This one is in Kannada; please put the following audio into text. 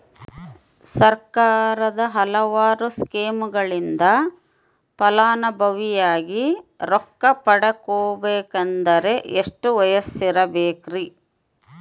ಸರ್ಕಾರದ ಹಲವಾರು ಸ್ಕೇಮುಗಳಿಂದ ಫಲಾನುಭವಿಯಾಗಿ ರೊಕ್ಕ ಪಡಕೊಬೇಕಂದರೆ ಎಷ್ಟು ವಯಸ್ಸಿರಬೇಕ್ರಿ?